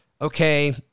okay